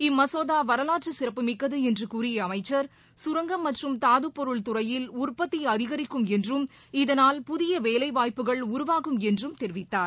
இம்மசோதா வரலாற்று சிறப்பு மிக்கது என்று கூறிய அமைச்சர் கரங்கம் மற்றும் தாதப்பொருள் துறையில் உற்பத்தி அதிகரிக்கும் என்றும் இதனால் புதிய வேலைவாய்ப்புகள் உருவாகும் என்றும் அவர் கூறினார்